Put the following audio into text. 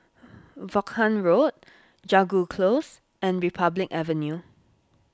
Vaughan Road Jago Close and Republic Avenue